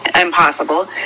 Impossible